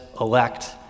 elect